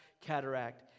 cataract